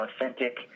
authentic